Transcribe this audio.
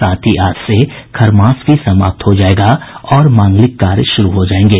साथ ही आज से खरमास भी समाप्त हो जायेगा और मांगलिक कार्य शुरू हो जायेंगे